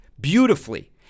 beautifully